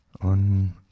on